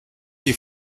die